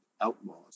outlaws